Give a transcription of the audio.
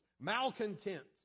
malcontents